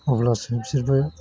अब्लासो बिसोरबो